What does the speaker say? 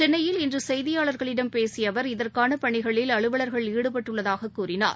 சென்னையில் இன்றுசெய்தியாளர்களிடம் பேசியஅவர் இதற்கானபணிகளில் அலுவலர்கள் ஈடுபட்டுள்ளதாககூறினார்